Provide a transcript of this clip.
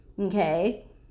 okay